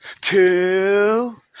two